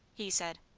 he said.